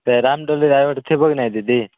ସେ ରାମଦୋଳିରେ ଆଗରୁ ଥିବ କି ନାଇଁ ଦିଦି